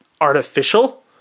artificial